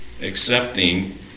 accepting